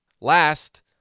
Last